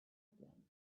again